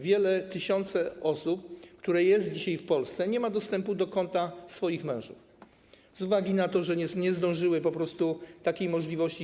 Wiele osób, tysiące osób, które są dzisiaj w Polsce, nie ma dostępu do konta swoich mężów, z uwagi na to, że nie zdążyły po prostu stworzyć takiej możliwości.